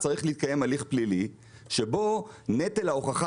צריך להתקיים הליך פלילי שבו נטל ההוכחה